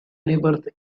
universe